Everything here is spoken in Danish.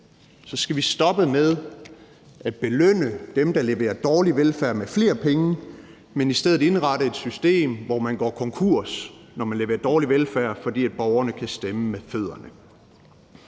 alt skal vi stoppe med at belønne dem, der leverer dårlig velfærd, med flere penge, men i stedet indrette et system, hvor man går konkurs, når man leverer dårlig velfærd, fordi borgerne kan stemme med fødderne.